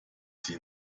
sie